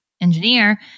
engineer